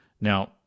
Now